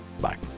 Bye